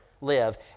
live